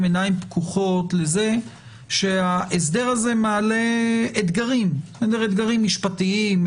עיניים פקוחות לזה שההסדר הזה מעלה אתגרים - משפטיים,